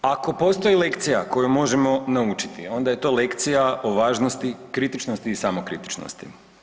Ako postoji lekcija koju možemo naučiti, onda je to lekcija o važnosti kritičnosti i samokritičnosti.